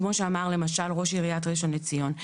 כמו שאמר למשל ראש עיריית ראשון לציון,